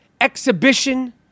exhibition